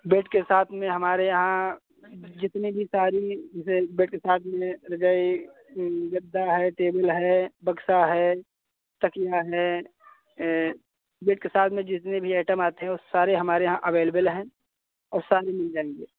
bed के साथ में हमारे यहाँ जितने भी सारी जैसे बेड के साथ मे रजाई गद्दा है टेबुल है बक्सा है तकिया है बेड के साथ में जितने भी आइटम आते हैं वो सारे हमारे यहाँ अभेलेबल हैं और सारे मिल जाएंगे